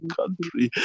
country